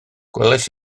gwelais